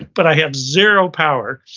but i have zero power.